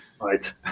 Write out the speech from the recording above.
right